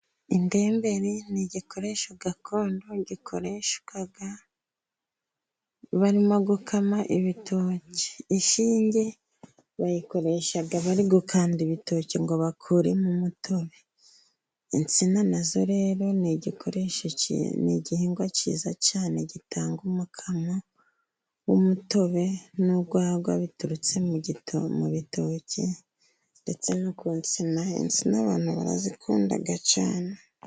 Indembe ni igikoresho gakondo gikoreshwa barimo gukama ibitoki. Inshinge bayikoresha bari gukanda ibitoki ngo bakuremo umutobe. Insina na zo rero ni igikoresho, ni igihingwa cyiza cyane gitanga umukamo w'umutobe n'urwagwa, biturutse mu bitoki, ndetse no ku nsina, insina abantu barazikunda cyane.